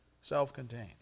Self-contained